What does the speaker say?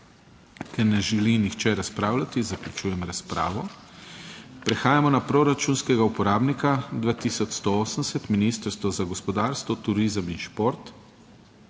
Ker ne želi nihče razpravljati, zaključujem razpravo. Prehajamo na proračunskega uporabnika 2180 Ministrstvo za gospodarstvo, turizem in šport.